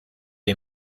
est